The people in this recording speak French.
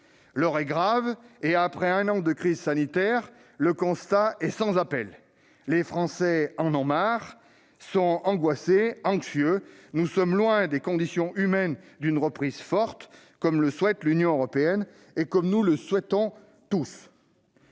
L'heure est grave ; après un an de crise sanitaire, le constat est sans appel : les Français en ont assez, ils sont angoissés, ils sont anxieux ! Nous sommes donc loin des conditions humaines de la reprise forte que souhaite l'Union européenne et que nous souhaitons tous.